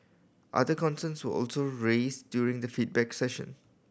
other concerns were also raised during the feedback session